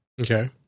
Okay